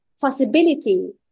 possibility